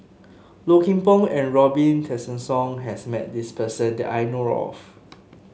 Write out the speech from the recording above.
Low Kim Pong and Robin Tessensohn has met this person that I know of